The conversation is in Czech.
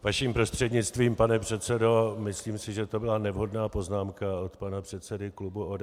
Vaším prostřednictvím pane předsedo, myslím si, že to byla nevhodná poznámka od pana předsedy klubu ODS.